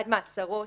מהדרין.